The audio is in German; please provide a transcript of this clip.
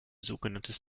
sogenanntes